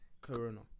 Corona